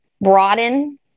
broaden